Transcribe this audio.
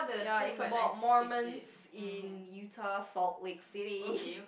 ya it's about Mormons in Utah Salt Lake City